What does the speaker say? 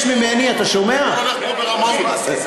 ממני, אתה שומע, רמאות.